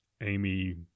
Amy